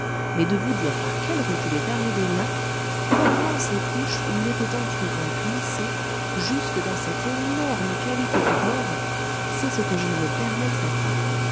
mais de vous dire par quelle route il est arrivé là comment ces couches où il était enfoui ont glissé jusque dans cette énorme cavité du globe c'est ce que je ne me permettrai pas